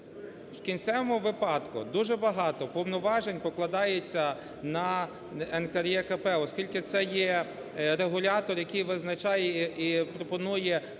В кінцевому випадку дуже багато повноважень покладається на НКРЕКП, оскільки це є регулятор, який визначає і пропонує